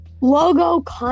Logo